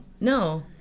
No